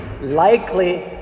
likely